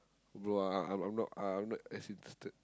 bro uh uh I'm not I'm not as interested